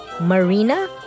Marina